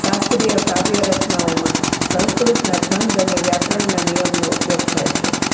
શાસ્ત્રીય કાવ્ય રચનાઓમાં સંસ્કૃતના છંદ અને વ્યાકરણના નિયમોનો ઉપયોગ થાય છે